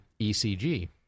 ECG